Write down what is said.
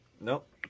Nope